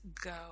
go